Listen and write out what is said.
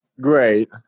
Great